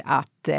att